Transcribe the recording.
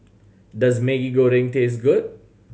does Maggi Goreng taste good